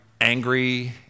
angry